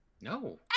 No